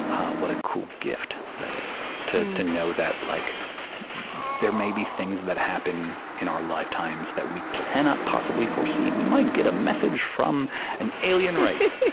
what a cool gift that is, to to know that like there may be things that happen in our lifetimes that we cannot possibly foresee. we might get a message from an alien race,